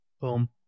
Boom